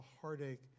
heartache